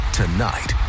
tonight